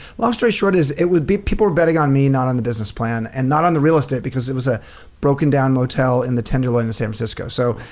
long story short is, it was big people betting on me, not on the business plan. and not on the real estate because it was a broken down motel in the tenderloin of san francisco. so